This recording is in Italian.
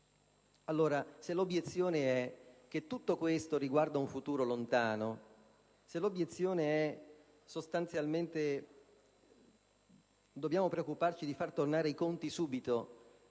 Allora, se l'obiezione è che tutto questo riguarda un futuro lontano, se l'obiezione è che sostanzialmente dobbiamo preoccuparci di far tornare i conti subito,